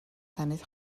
تنت